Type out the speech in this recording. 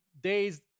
days